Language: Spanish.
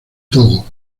togo